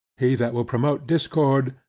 he that will promote discord,